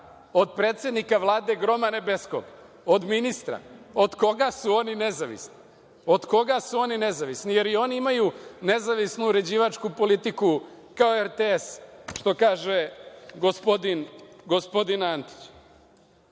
Od predsednika Vlade, groma nebeskog? Od ministra? Od koga su oni nezavisni? Od koga su oni nezavisni? Da li i oni imaju nezavisnu uređivačku politiku, kao RTS, što kaže gospodin